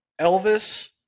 Elvis